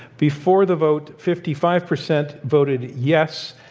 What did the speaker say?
before the vote, fifty five percent voted yes,